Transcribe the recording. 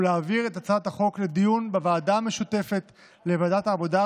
ולהעביר את הצעת החוק לדיון בוועדה המשותפת לוועדת העבודה,